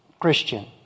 Christian